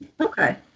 Okay